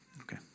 Okay